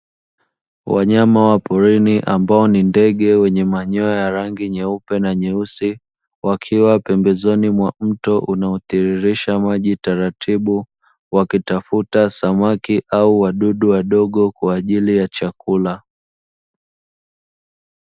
Wanyama wa porini ambao ni ndege wenye manyoya ya rangi nyeupe na nyeusi wakiwa pembezoni mwa mto unaotiririsha maji taratibu, wakitafuta samaki au wadudu wadogo kwa ajili ya chakula.